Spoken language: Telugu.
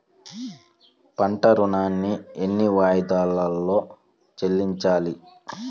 పంట ఋణాన్ని ఎన్ని వాయిదాలలో చెల్లించాలి?